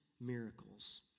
miracles